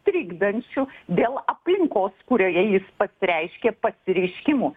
trikdančiu dėl aplinkos kurioje jis pasireiškia pasireiškimų